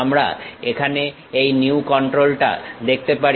আমরা এখানে এই নিউ কন্ট্রোল টা দেখতে পারি